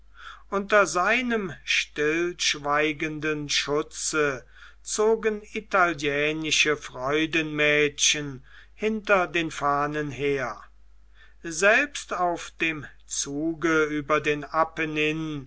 unter seinem stillschweigenden schutze zogen italienische freudenmädchen hinter den fahnen her selbst auf dem zuge über den